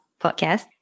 podcast